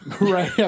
Right